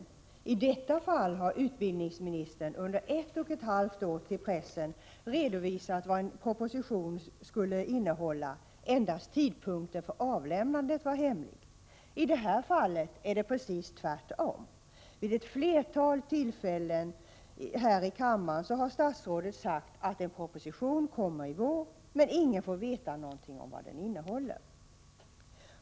I fråga om denna utbildning har utbildningsministern under ett och ett halvt år till pressen redovisat vad den kommande propositionen kommer att innehålla; endast tidpunkten för avlämnandet har varit hemlig. Beträffande det som jag 43 tar upp i min interpellation är det precis tvärtom. Vid ett flertal tillfällen här i kammaren har statsrådet sagt att en proposition kommer att läggas fram i vår, men ingen får veta vad den kommer att innehålla.